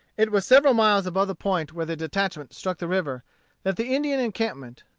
it was several miles above the point where the detachment struck the river that the indian encampment,